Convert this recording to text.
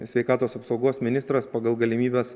sveikatos apsaugos ministras pagal galimybes